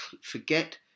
forget